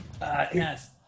Yes